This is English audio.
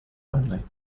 only